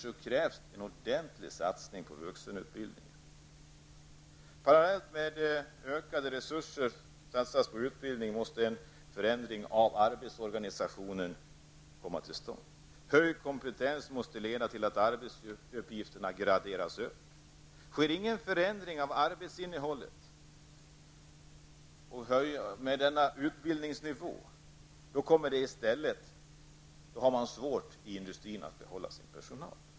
Därför krävs det en ordentlig satsning på vuxenutbildningen. Parallellt med att ökade resurser satsas på utbildning måste en förändring av arbetsorganisationen komma till stånd. Höjd kompetens måste leda till att arbetsuppgifterna graderas upp. Sker ingen förändring av arbetsinnehållet och utbildningsnivån kommer industrin att ha svårt att behålla sin personal.